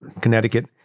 Connecticut